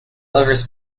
lover’s